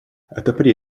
отопри